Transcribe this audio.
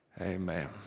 Amen